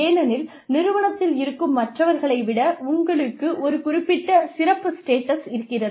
ஏனெனில் நிறுவனத்தில் இருக்கும் மற்றவர்களை விட உங்களுக்கு ஒரு குறிப்பிட்ட சிறப்பு ஸ்டேட்டஸ் இருக்கிறது